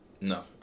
No